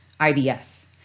IBS